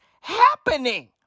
happening